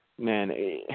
Man